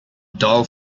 dull